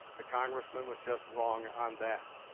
ah congressman was just wrong on that.